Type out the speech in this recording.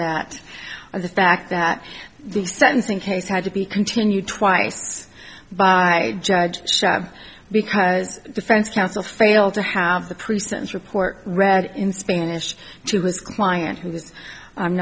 that the fact that the sentencing case had to be continued twice by judge shot because defense counsel failed to have the pre sentence report read in spanish to his client who